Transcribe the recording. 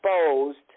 exposed